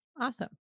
Awesome